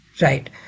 right